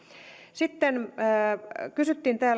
sitten täällä kysyttiin